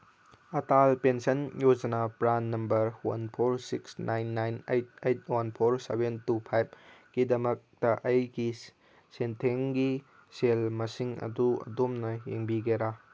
Atal pension Yojana PRAN number one four six nine nine eight eight one four seven two ꯐꯥꯏꯚꯀꯤꯗꯃꯛꯇ ꯑꯩꯒꯤ ꯁꯦꯟꯊꯪꯒꯤ ꯁꯦꯜ ꯃꯁꯤꯡ ꯑꯗꯨ ꯑꯗꯣꯝꯅ ꯌꯦꯡꯕꯤꯒꯦꯔꯥ